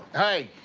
hey,